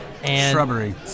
Shrubbery